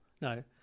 No